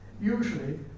Usually